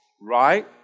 right